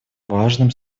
важным